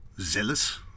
zealous